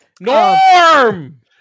Norm